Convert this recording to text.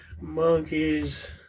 Monkeys